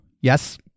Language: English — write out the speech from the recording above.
Yes